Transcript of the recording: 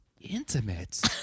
intimate